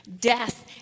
death